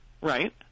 Right